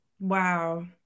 wow